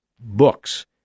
books